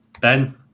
Ben